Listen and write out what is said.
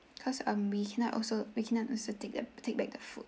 because um we cannot also we cannot also take the take back the food